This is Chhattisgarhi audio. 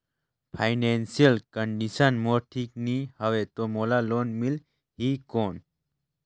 फाइनेंशियल कंडिशन मोर ठीक नी हवे तो मोला लोन मिल ही कौन??